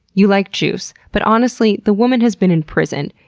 you like juice. but honestly, the woman has been in prison.